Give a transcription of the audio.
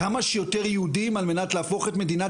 כמה שיותר יהודים על מנת להפוך את מדינת